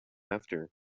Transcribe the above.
after